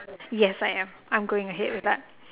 yes I am I am going ahead with that